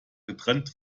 getrennt